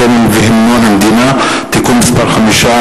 הסמל והמנון המדינה (תיקון מס' 5),